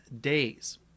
days